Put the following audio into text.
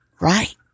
right